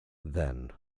then